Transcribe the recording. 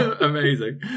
Amazing